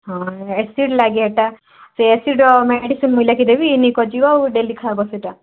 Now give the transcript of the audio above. ହଁ ଏସିଡ଼୍ ଲାଗିବାଟା ସେ ଏସିଡ଼୍ର ମେଡ଼ିସିନ୍ ମୁଁ ଲେଖିଦେବି ନେଇକି ଯିବ ଆଉ ଡେଲି ଖାଇବୋ ସେଟା